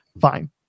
Fine